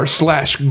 slash